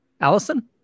Allison